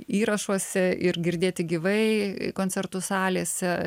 įrašuose ir girdėti gyvai koncertų salėse